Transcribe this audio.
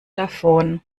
davon